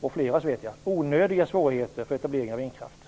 och flera andras mening - det vet jag - onödiga svårigheter när det gäller etableringen av vindkraft.